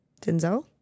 Denzel